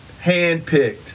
handpicked